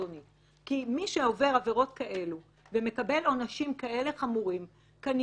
כי מי שעובר עבירות כאלה ומקבל עונשים חמורים כאלה,